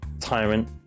Tyrant